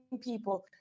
people